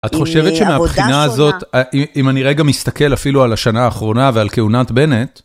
את חושבת שמהבחינה הזאת, אם אני רגע מסתכל אפילו על השנה האחרונה ועל כהונת בנט,